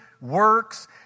works